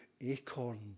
acorn